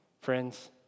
Friends